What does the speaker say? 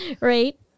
Right